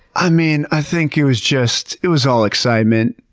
i mean, i think it was just, it was all excitement.